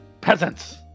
peasants